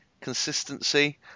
consistency